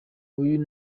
uyu